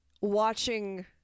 watching